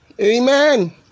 Amen